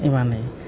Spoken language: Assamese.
ইমানেই